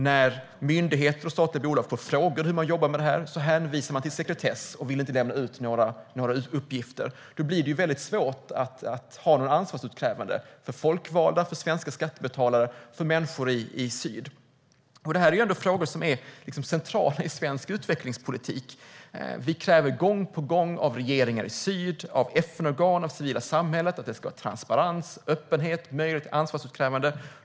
När myndigheter och statliga bolag får frågor om hur de jobbar med det här hänvisar de till sekretess och vill inte lämna ut några uppgifter. Då blir det väldigt svårt att ha något ansvarsutkrävande för folkvalda, för svenska skattebetalare och för människor i syd. Det här är ändå frågor som är centrala i svensk utvecklingspolitik. Vi kräver gång på gång av regeringar i syd, av FN-organ och av det civila samhället att det ska vara transparens, öppenhet och möjlighet till ansvarsutkrävande.